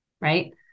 right